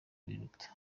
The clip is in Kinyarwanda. biruta